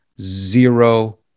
Zero